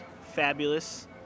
fabulous